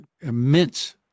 immense